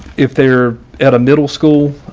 if they're at a middle school,